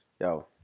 Yo